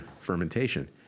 fermentation